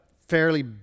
fairly